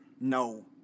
No